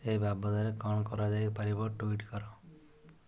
ଏ ବାବଦରେ କ'ଣ କରାଯାଇ ପାରିବ ଟୁଇଟ୍ କର